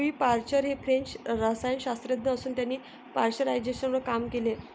Louis Pasteur हे French रसायनशास्त्रज्ञ असून त्यांनी पाश्चरायझेशनवर काम केले